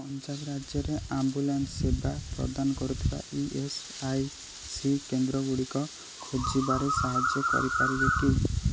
ପଞ୍ଜାବ ରାଜ୍ୟରେ ଆମ୍ବୁଲାନ୍ସ ସେବା ପ୍ରଦାନ କରୁଥିବା ଇ ଏସ୍ ଆଇ ସି କେନ୍ଦ୍ରଗୁଡ଼ିକ ଖୋଜିବାରେ ସାହାଯ୍ୟ କରିପାରିବ କି